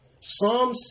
Psalm